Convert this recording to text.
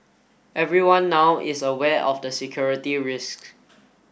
everyone now is aware of the security risks